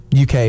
UK